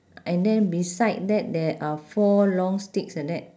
and then beside that there are four long sticks like that